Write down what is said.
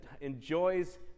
enjoys